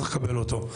צריך לקבל אותו,